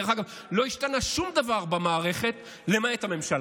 דרך אגב, לא השתנה שום דבר במערכת למעט הממשלה.